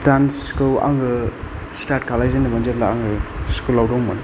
dance खौ आङो start खालायजेनदोंमोन जेब्ला आङो स्कुलाव दंमोन